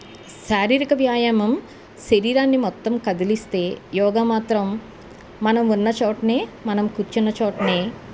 శారీరక వ్యాయామం శరీరాన్ని మొత్తం కదిలిస్తే యోగా మాత్రం మనం ఉన్నచోట మనం కూర్చున్న చోట